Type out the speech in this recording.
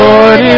Lord